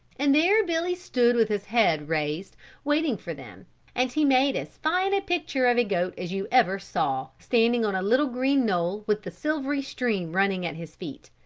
and there billy stood with his head raised waiting for them and he made as fine a picture of a goat as you ever saw, standing on a little green knoll with the silvery stream running at his feet.